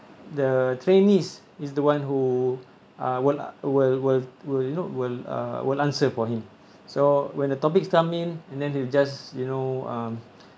the trainees is the one who uh will uh will will will you know will will answer for him so when the topics come in and then you just you know